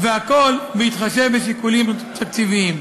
והכול בהתחשב בשיקולים תקציביים.